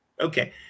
Okay